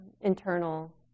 internal